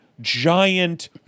giant